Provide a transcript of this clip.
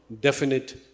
definite